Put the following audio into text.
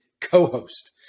co-host